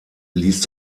ließ